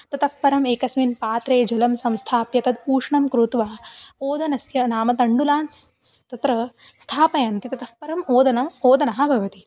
ततः परम् एकस्मिन् पात्रे जलं संस्थाप्य तद् ऊष्णं कृत्वा ओदनस्य नाम तण्डुलान् स् स् तत्र स्थापयन्ति ततः परम् ओदनम् ओदनम् भवति